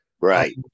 Right